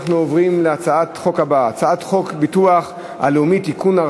אנחנו עוברים להצעת החוק הבאה: הצעת חוק הביטוח הלאומי (תיקון,